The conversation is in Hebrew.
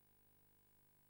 אפילו